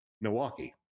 Milwaukee